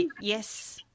yes